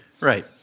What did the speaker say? Right